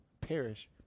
perish